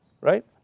right